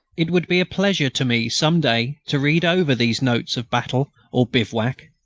it would be a pleasure to me some day to read over these notes of battle or bivouac.